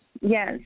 Yes